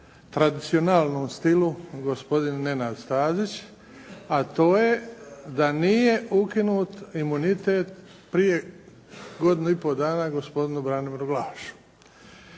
tradicionalnom stilu gospodin Nenad Stazić, a to je da nije ukinut imunitet prije godinu i pol dana gospodinu Branimiru Glavašu,